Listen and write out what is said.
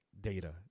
data